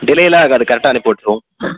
டிலேல்லாம் ஆகாது கரெக்டாக அனுப்பிவுடுருவோம்